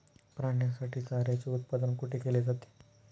प्राण्यांसाठी चाऱ्याचे उत्पादन कुठे केले जाते?